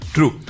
True